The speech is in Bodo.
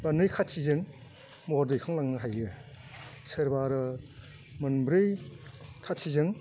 बा नै खाथिजों महर दैखांलांनो हायो सोरबा आरो मोनब्रै खाथिजों